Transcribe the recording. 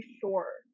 sure